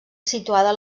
situada